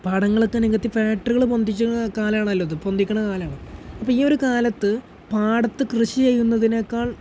പാടങ്ങളൊക്കെ നികത്തി ഫാക്ടറികൾ പൊന്തിച്ചിക്കണ കാലമാണല്ലോയിത് പൊന്തിക്കണ കാലമാണ് അപ്പോൾ ഈ ഒരു കാലത്ത് പാടത്ത് കൃഷി ചെയ്യുന്നതിനേക്കാൾ